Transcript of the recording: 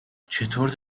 چطوری